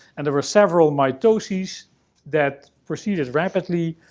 and there were several mitoses that proceeded rapidly,